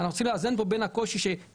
אנחנו צריכים לאזן כאן בין הקושי שאי